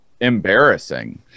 embarrassing